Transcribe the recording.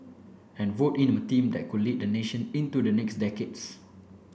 and vote in a team that could lead the nation into the next decades